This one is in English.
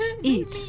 Eat